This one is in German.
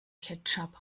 ketchup